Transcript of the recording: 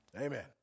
amen